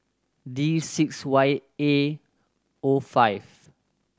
D six Y A O five